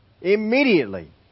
Immediately